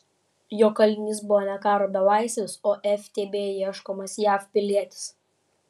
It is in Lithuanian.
jo kalinys buvo ne karo belaisvis o ftb ieškomas jav pilietis